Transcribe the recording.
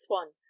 one